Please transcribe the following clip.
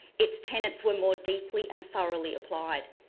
its tenants were more deeply and thoroughly applied.